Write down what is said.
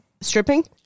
stripping